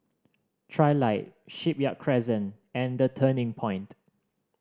Trilight Shipyard Crescent and The Turning Point